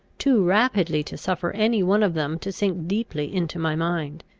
too rapidly to suffer any one of them to sink deeply into my mind.